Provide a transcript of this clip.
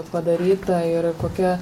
padaryta ir kokia